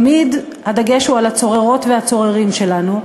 תמיד הדגש הוא על הצוררות והצוררים שלנו,